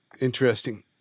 Interesting